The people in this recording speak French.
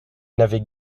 n’avaient